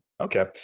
Okay